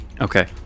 okay